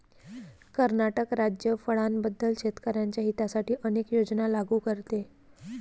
कर्नाटक राज्य फळांबद्दल शेतकर्यांच्या हितासाठी अनेक योजना लागू करते